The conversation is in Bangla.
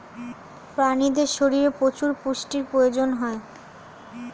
প্রাণীদের শরীরে প্রচুর পুষ্টির প্রয়োজন হয়